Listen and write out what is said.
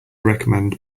recommend